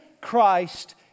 Christ